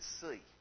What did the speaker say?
see